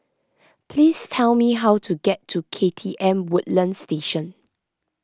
please tell me how to get to K T M Woodlands Station